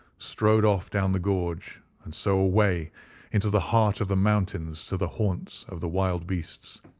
strode off down the gorge and so away into the heart of the mountains to the haunts of the wild beasts.